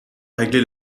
régler